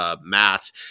Matt